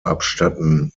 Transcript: abstatten